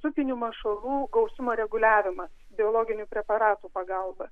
upinių mašalų gausumo reguliavimas biologinių preparatų pagalba